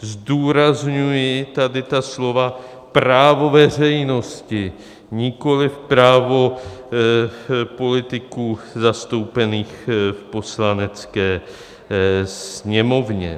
Zdůrazňuji tady ta slova právo veřejnosti, nikoliv právo politiků zastoupených v Poslanecké sněmovně.